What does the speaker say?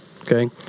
Okay